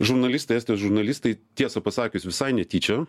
žurnalistai estijos žurnalistai tiesą pasakius visai netyčia